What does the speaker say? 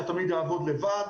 שהתלמיד יעבוד לבד.